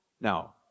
now